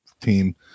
team